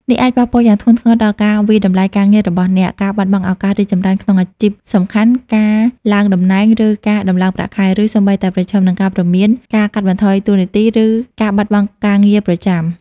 នេះអាចប៉ះពាល់យ៉ាងធ្ងន់ធ្ងរដល់ការវាយតម្លៃការងាររបស់អ្នក ការបាត់បង់ឱកាសរីកចម្រើនក្នុងអាជីពសំខាន់ ការឡើងតំណែង ឬការដំឡើងប្រាក់ខែ ឬសូម្បីតែប្រឈមនឹងការព្រមាន ការកាត់បន្ថយតួនាទី ឬការបាត់បង់ការងារប្រចាំ។